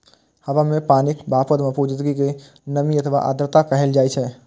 हवा मे पानिक भापक मौजूदगी कें नमी अथवा आर्द्रता कहल जाइ छै